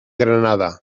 granada